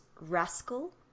Rascal